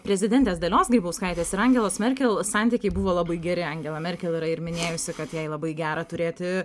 prezidentės dalios grybauskaitės ir angelos merkel santykiai buvo labai geri angela merkel yra ir minėjusi kad jai labai gera turėti